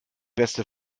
beste